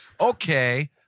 okay